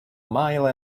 mile